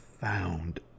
found